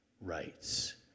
rights